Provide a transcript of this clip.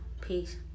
Peace